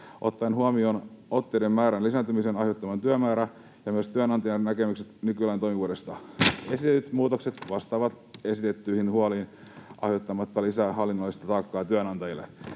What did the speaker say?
”ottaen huomioon otteiden määrän lisääntymisen aiheuttama työmäärä ja myös työnantajien näkemykset nykylain toimivuudesta. Esitetyt muutokset vastaavat esitettyihin huoliin aiheuttamatta lisää hallinnollista taakkaa työnantajille”.